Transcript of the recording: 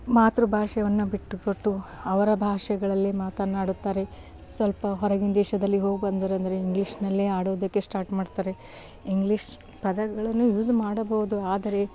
ಮಾತೃ ಭಾಷೆಯನ್ನ ಬಿಟ್ಟುಕೊಟ್ಟು ಅವರ ಭಾಷೆಗಳಲ್ಲೇ ಮಾತನಾಡುತ್ತಾರೆ ಸ್ವಲ್ಪ ಹೊರಗಿನ ದೇಶದಲ್ಲಿ ಹೋಗ್ಬಂದ್ರೆ ಅಂದರೆ ಇಂಗ್ಲೀಷ್ನಲ್ಲೇ ಆಡೋದಕ್ಕೆ ಸ್ಟಾರ್ಟ್ ಮಾಡ್ತಾರೆ ಇಂಗ್ಲೀಷ್ ಪದಗಳನ್ನು ಯೂಸ್ ಮಾಡಬಹುದು ಆದರೆ